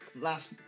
last